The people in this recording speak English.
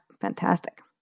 fantastic